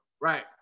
Right